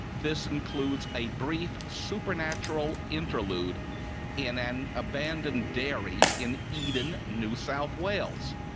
this includes a brief supernatural interlude in an abandoned dairy in eden, new south wales.